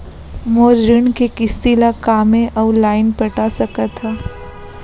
मोर ऋण के किसती ला का मैं अऊ लाइन पटा सकत हव?